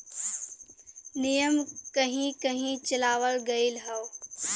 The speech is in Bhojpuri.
नियम कहीं कही चलावल गएल हौ